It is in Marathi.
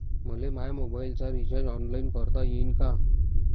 मले माया मोबाईलचा रिचार्ज ऑनलाईन करता येईन का?